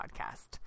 podcast